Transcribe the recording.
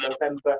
November